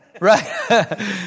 Right